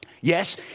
Yes